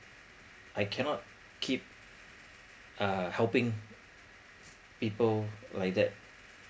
I cannot keep uh helping people like that